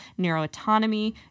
neuroautonomy